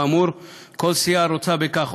כל סיעה הרוצה בכך,